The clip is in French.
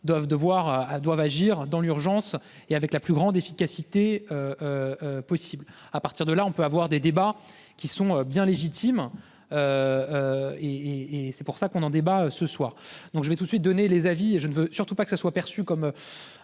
doivent agir dans l'urgence et avec la plus grande efficacité. Possible à partir de là on peut avoir des débats qui sont bien légitime. Et et c'est pour ça qu'on en débat ce soir donc je vais tout de suite donné les avis et je ne veux surtout pas que ça soit perçue comme.